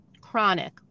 chronic